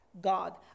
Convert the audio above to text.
God